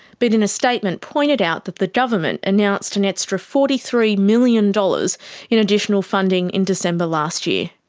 but in a statement pointed out that the government announced an extra forty three million dollars in additional funding in december last year.